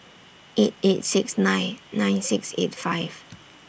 eight eight six nine nine six eight five